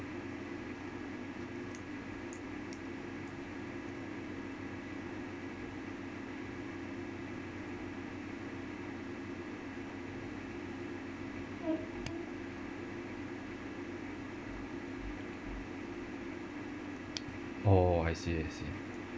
oh I see I see